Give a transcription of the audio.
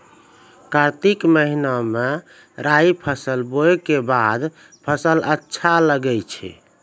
कार्तिक महीना मे राई फसल बोलऽ के बाद फसल अच्छा लगे छै